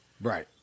Right